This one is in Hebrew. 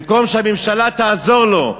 במקום שהממשלה תעזור לו,